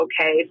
okay